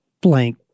blank